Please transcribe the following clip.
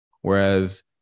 whereas